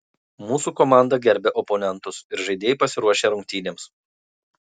mūsų komanda gerbia oponentus ir žaidėjai pasiruošę rungtynėms